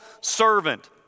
servant